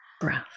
breath